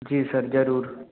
जी sir जरूर